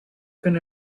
can